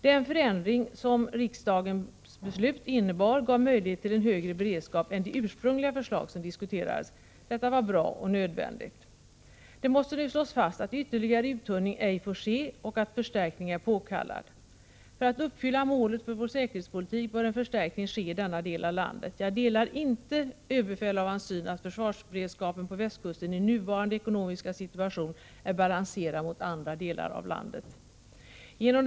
Den förändring som riksdagens beslut innebar gav möjlighet till en högre beredskap än de ursprungliga förslag som diskuterades. Detta var bra och nödvändigt. Det måste nu slås fast att ytterligare uttunning ej får ske och att en förstärkning är påkallad. För att uppfylla målet för vår säkerhetspolitik bör en förstärkning ske i denna del av landet. Jag delar inte överbefälhavarens syn, att försvarsberedskapen på västkusten i nuvarande ekonomiska situation är balanserad i förhållande till försvarsberedskapen i andra delar av landet.